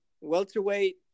welterweight